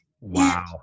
Wow